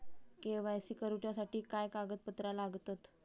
KYC करूच्यासाठी काय कागदपत्रा लागतत?